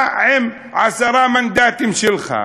אתה, עם עשרה המנדטים שלך,